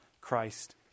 christ